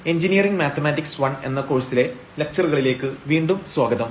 engineering mathematics I എന്ന കോഴ്സിലെ ലക്ച്ചറുകളിലേക്ക് വീണ്ടും സ്വാഗതം